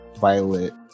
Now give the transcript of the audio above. violet